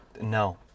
No